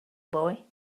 boy